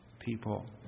people